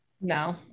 No